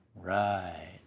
Right